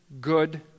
good